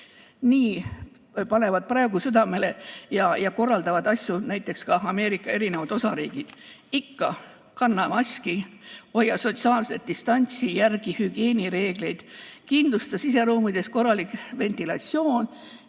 Nii panevad praegu südamele ja korraldavad asju näiteks ka Ameerika erinevad osariigid: ikka kanna maski, hoia sotsiaalset distantsi, järgi hügieenireegleid, kindlusta siseruumides korralik ventilatsioon